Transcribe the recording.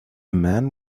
man